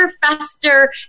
faster